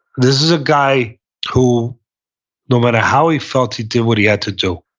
this is a guy who no matter how he felt, he did what he had to do.